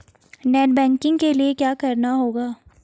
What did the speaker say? Net banking के लिए क्या करना होगा?